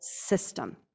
system